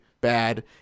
bad